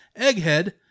Egghead